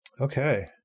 Okay